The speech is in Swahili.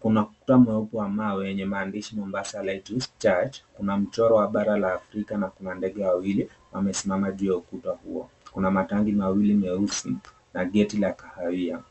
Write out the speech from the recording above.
Kuna ukuta mrefu wa mawe wenye maandishi Mombasa lighthouse church umechorwa bara la afrika na kuna ndege wawili wamesimama juu ya ukuta huo, kuna matangi mawili nyeusi na gate la kahawia,